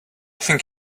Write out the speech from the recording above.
think